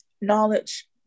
knowledge